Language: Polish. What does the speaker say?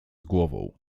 głową